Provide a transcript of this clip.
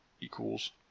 equals